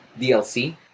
DLC